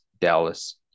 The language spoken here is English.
Dallas